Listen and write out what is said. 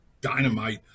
dynamite